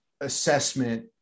assessment